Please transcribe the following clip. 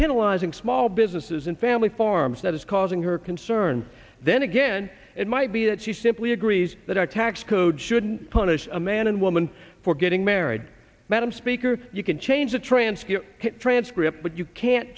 penalizing small businesses and family farms that is causing her concern then again it might be that she simply agrees that our tax code should punish a man and woman for getting married madam speaker you can change the transcript transcript but you can't